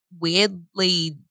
weirdly –